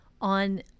on